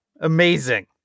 Amazing